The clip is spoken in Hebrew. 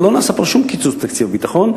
לא נעשה פה שום קיצוץ בתקציב הביטחון,